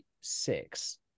six